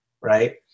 right